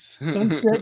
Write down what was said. Sunset